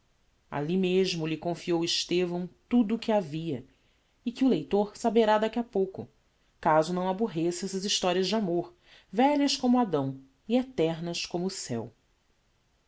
alli mesmo lhe confiou estevão tudo o que havia e que o leitor saberá daqui a pouco caso não aborreça estas historias de amor velhas como adão e eternas como o ceu